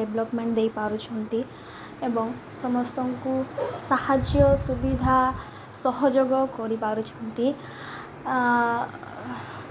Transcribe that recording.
development ଦେଇପାରୁଛନ୍ତି ଏବଂ ସମସ୍ତଙ୍କୁ ସାହାଯ୍ୟ ସୁବିଧା ସହଯୋଗ କରିପାରୁଛନ୍ତି